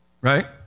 right